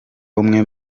umwe